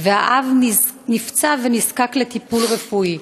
והאב נפצע ונזקק לטיפול רפואי.